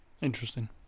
Interesting